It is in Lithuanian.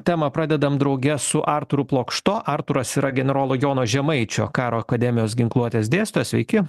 temą pradedam drauge su artūru plokšto artūras yra generolo jono žemaičio karo akademijos ginkluotės dėstytojas sveiki